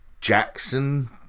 Jackson